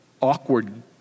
awkward